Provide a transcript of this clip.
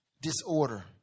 disorder